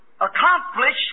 accomplished